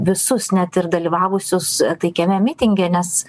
visus net ir dalyvavusius taikiame mitinge nes